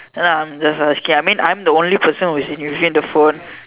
ya I'm just asking I mean I'm the only person who's using the phone